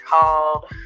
called